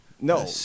No